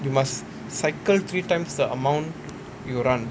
you must cycle three times the amount you run